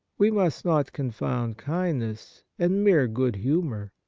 we must not confound kindness and mere good-humour.